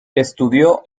estudió